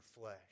flesh